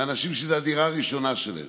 באנשים שזאת הדירה הראשונה שלהם.